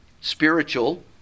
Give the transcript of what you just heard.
spiritual